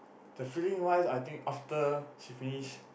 the feeling wise I think after finish